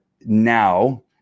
now